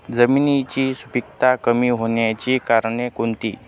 जमिनीची सुपिकता कमी होण्याची कारणे कोणती?